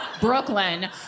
Brooklyn